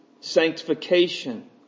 sanctification